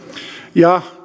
ja